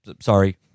Sorry